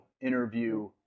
interview